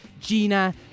Gina